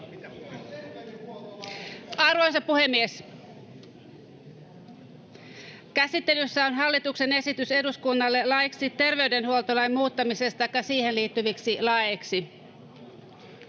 Arvoisa puhemies! Käsittelyssä on hallituksen esitys eduskunnalle laiksi terveydenhuoltolain muuttamisesta sekä siihen liittyviksi laeiksi.